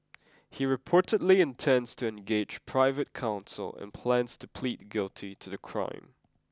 he reportedly intends to engage private counsel and plans to plead guilty to the crime